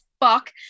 fuck